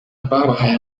babahaye